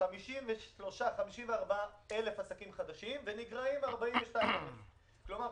נוספים 54,000-53,000 עסקים חדשים ונגרעים 42,000. כלומר,